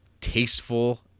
tasteful